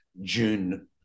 June